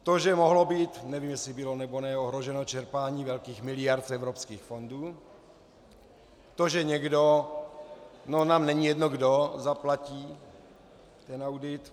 To, že mohlo být, nevím, jestli bylo, nebo ne, ohroženo čerpání velkých miliard z evropských fondů, to, že někdo, nám není jedno kdo, zaplatí ten audit.